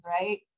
right